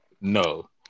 no